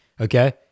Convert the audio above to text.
okay